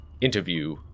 interview